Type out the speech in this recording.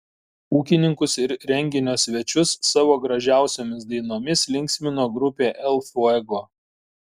ūkininkus ir renginio svečius savo gražiausiomis dainomis linksmino grupė el fuego